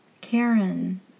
Karen